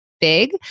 big